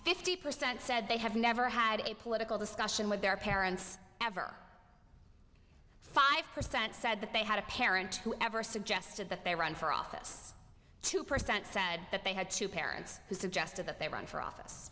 fifty percent said they have never had a political discussion with their parents ever five percent said that they had a parent who ever suggested that they run for office two percent said that they had two parents who suggested that they run for office